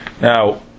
Now